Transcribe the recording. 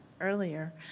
earlier